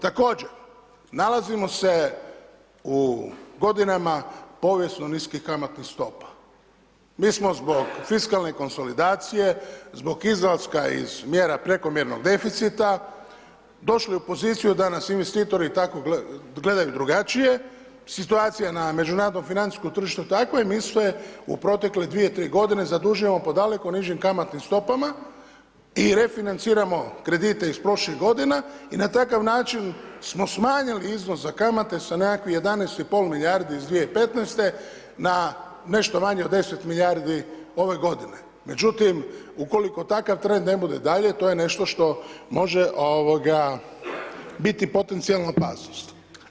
Također, nalazimo se u godinama povijesno niskih kamatnih stopa. mi smo zbog fiskalne konsolidacije, zbog izlaska iz mjera prekomjernog deficita, došli u poziciju da nas investitori tako gledaju drugačije, situacija je na međunarodnom tržištu takva i misle u protekle 2-3 g. zadužujemo po daleko nižim kamatnim stopama i refinanciramo kredite iz prošlih g. i na takav način smo smanjili iznos za kamate sa nekakvih 11,5 milijardi iz 2015. na nešto manje od 10 milijardi ove g. Međutim, ukoliko takav trend ne bude dalje, to je nešto što može biti potencijala opasnost.